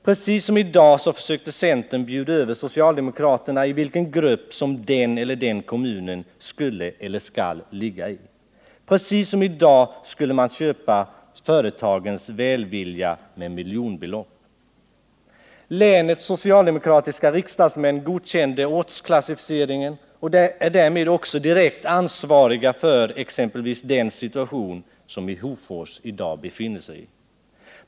Precis som i dag försökte centern bjuda över socialdemokraterna när det gällde i vilken grupp som den eller den kommunen skulle eller skall ligga, och precis som i dag skulle man köpa företagens välvilja med miljonbelopp. Länets socialdemokratiska riksdagsmän godkände ortsklassificeringen och är därmed också direkt ansvariga för exempelvis den situation som Hofors i dag befinner sig i.